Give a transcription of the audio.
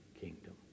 kingdom